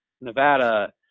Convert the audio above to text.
Nevada